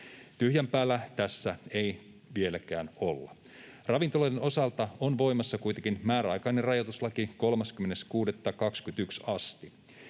Tyhjän päällä tässä ei vieläkään olla. Ravintoloiden osalta on voimassa kuitenkin määräaikainen rajoituslaki 30.6.2021 asti,